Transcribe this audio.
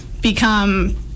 become